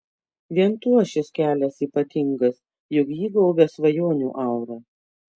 vien tuo šis kelias ypatingas juk jį gaubia svajonių aura